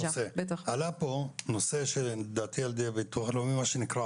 עלה פה נושא האמנה.